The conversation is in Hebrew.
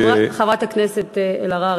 חברת הכנסת אלהרר,